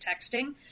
texting